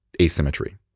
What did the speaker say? asymmetry